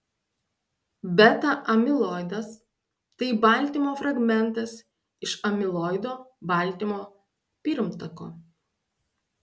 beta amiloidas tai baltymo fragmentas iš amiloido baltymo pirmtako